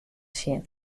sjen